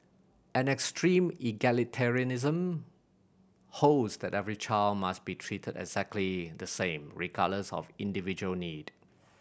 an extreme egalitarianism holds that every child must be treated exactly the same regardless of individual need